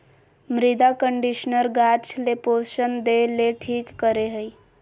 मृदा कंडीशनर गाछ ले पोषण देय ले ठीक करे हइ